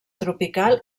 tropical